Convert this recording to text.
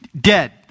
dead